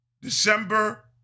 December